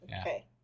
Okay